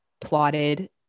plotted